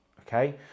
okay